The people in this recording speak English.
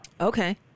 Okay